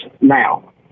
now